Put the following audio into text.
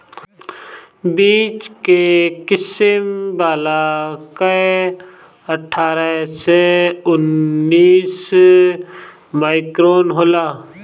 बीच के किसिम वाला कअ अट्ठारह से उन्नीस माइक्रोन होला